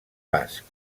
basc